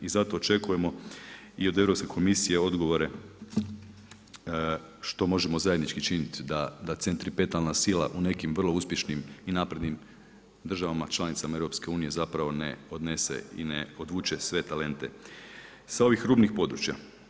I zato očekujemo i od Europske komisije odgovore što možemo zajednički činiti da centripetalna sila u nekim vrlo uspješnim i naprednim državama članica EU, zapravo ne podnese i ne odvuče sve talente sa ovih rubnih područja.